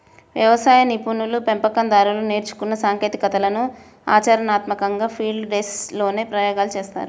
వ్యవసాయ నిపుణులు, పెంపకం దారులు నేర్చుకున్న సాంకేతికతలను ఆచరణాత్మకంగా ఫీల్డ్ డేస్ లోనే ప్రయోగాలు చేస్తారు